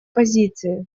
позиции